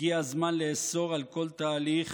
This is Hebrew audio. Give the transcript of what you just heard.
הגיע הזמן לאסור כל תהליך